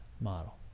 model